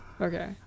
Okay